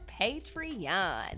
Patreon